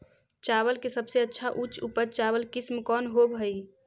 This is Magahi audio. चावल के सबसे अच्छा उच्च उपज चावल किस्म कौन होव हई?